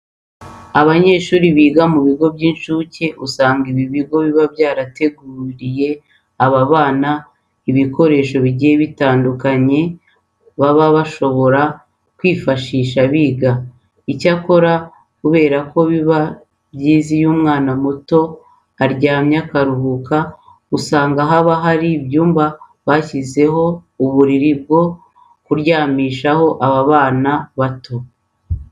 Abanyeshuri biga mu bigo by'incuke usanga ibi bigo biba byarateguriye aba bana ibikoresho bigiye bitandukanye baba bashobora kwifashisha biga. Icyakora kubera ko biba byiza iyo umwana muto aryamye akaruhuka, usanga haba hari ibyumba bashyizemo uburiri bwo kuryamishaho aba bana bato.